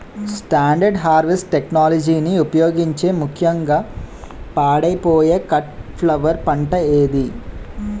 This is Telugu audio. స్టాండర్డ్ హార్వెస్ట్ టెక్నాలజీని ఉపయోగించే ముక్యంగా పాడైపోయే కట్ ఫ్లవర్ పంట ఏది?